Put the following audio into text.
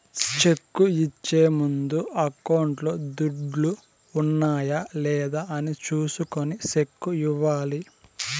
cheque ఇచ్చే ముందు అకౌంట్లో దుడ్లు ఉన్నాయా లేదా అని చూసుకొని సెక్కు ఇవ్వాలి